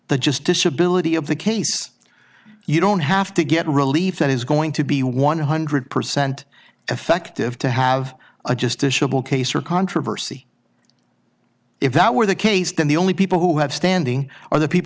the just disability of the case you don't have to get relief that is going to be one hundred percent effective to have a just to shovel case or controversy if that were the case then the only people who have standing are the people